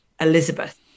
Elizabeth